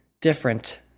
different